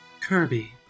kirby